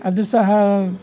ಅದು ಸಹ